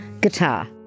guitar